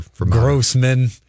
Grossman